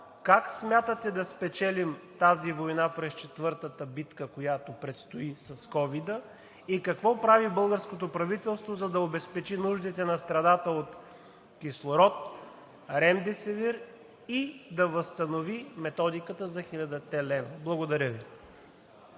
Как смятате да спечелим тази война пред четвъртата битка, която предстои с ковид? И какво прави българското правителство, за да обезпечи нуждите на страната от кислород, ремдесивир и да възстанови методиката за хилядата лева? Благодаря Ви.